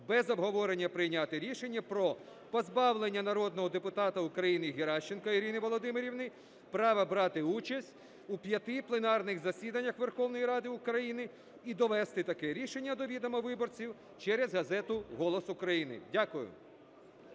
без обговорення прийняти рішення про позбавлення народного депутата України Геращенко Ірини Володимирівни права брати участь у п'яти пленарних засіданнях Верховної Ради України, і довести таке рішення до відома виборців через газету "Голос України". Дякую.